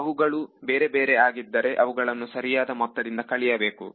ಅವುಗಳು ಬೇರೆ ಬೇರೆ ಹಾಗಿದ್ದರೆ ಅವುಗಳನ್ನು ಸರಿಯಾದ ಮೊತ್ತದಿಂದ ಕಳಿಯಬೇಕು